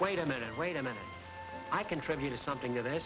wait a minute wait a minute i contributed something of th